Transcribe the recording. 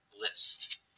list